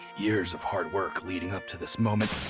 years of hard work leading up to this moment.